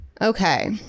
Okay